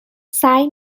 سعی